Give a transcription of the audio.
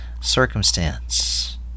Circumstance